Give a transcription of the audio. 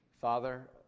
Father